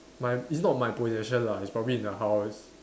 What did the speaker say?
my it's not my possession lah it's probably in the house